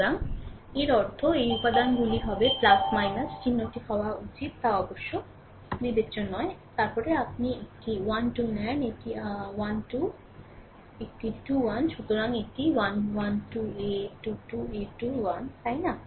সুতরাং এর অর্থ এই উপাদানগুলি হবে চিহ্নটি হওয়া উচিত তা বিবেচ্য নয় তারপরে আপনি একটি 1 2 নেন এটি আআ 1 2 একটি 2 2 একটি 2 1 সুতরাং এটি 1 1 2 a 2 2 a 2 1 তাই না